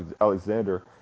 Alexander